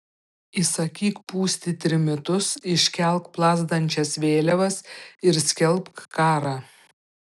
įsakyk pūsti trimitus iškelk plazdančias vėliavas ir skelbk karą